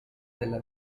della